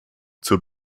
zur